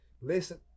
Listen